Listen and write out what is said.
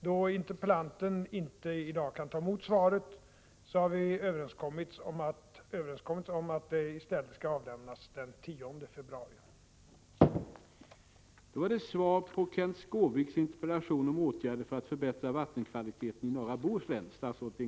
Då interpellanten inte i dag kan ta emot svaret har vi överenskommit om att svaret i stället skall avlämnas den 10 februari. bättra vattenkvaliteten i norra Bohuslän